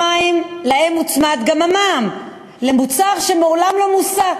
הוצמד להם גם המע"מ למוצר שמעולם לא מוסה,